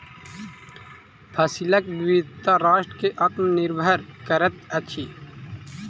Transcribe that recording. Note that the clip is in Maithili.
फसिलक विविधता राष्ट्र के आत्मनिर्भर करैत अछि